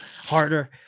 harder